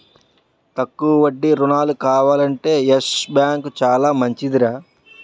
తక్కువ వడ్డీ రుణాలు కావాలంటే యెస్ బాంకు చాలా మంచిదిరా